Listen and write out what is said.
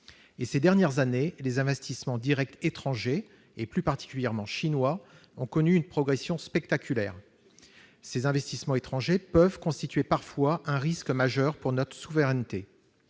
ces dernières années, les investissements directs étrangers, et plus particulièrement chinois, ont connu une progression spectaculaire. Ces investissements étrangers peuvent constituer parfois un risque majeur pour notre souveraineté.